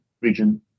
region